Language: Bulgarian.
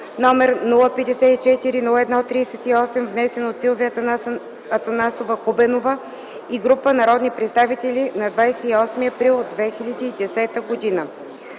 № 054-01-38, внесен от Силвия Анастасова Хубенова и група народни представители на 28 април 2010 г.